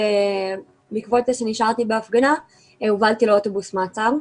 בעקבות זה שנשארתי בהפגנה הובלתי לאוטובוס מעצרים.